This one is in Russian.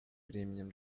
временем